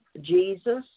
Jesus